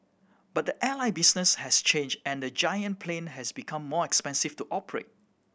but the airline business has changed and the giant plane has become more expensive to operate